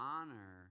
Honor